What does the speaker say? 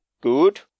good